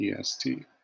EST